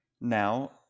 Now